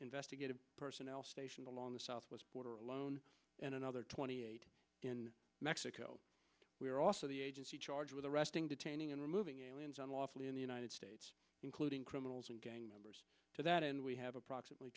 investigative personnel stationed along the southwest border alone and another twenty eight in mexico we are also the agency charged with arresting detaining and removing aliens unlawfully in the united states including criminals and gang members to that end we have approximately